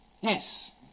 Yes